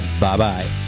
Bye-bye